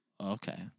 Okay